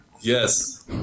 Yes